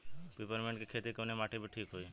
Peppermint के खेती कवने माटी पे ठीक होई?